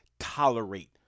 tolerate